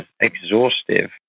exhaustive